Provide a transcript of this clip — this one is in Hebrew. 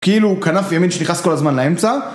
כאילו כנף ימין שנכנס כל הזמן לאמצע